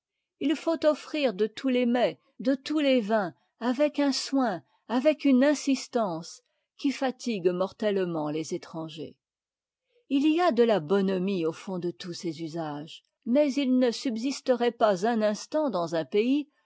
il faut offrir de tous les mets de tous les vins avec un soin avec une insistance qui fatigue mortettement les étrangers il y a de la bonhomie au fond de tous ces usages mais ils ne subsisteraient pas un instant dans un pays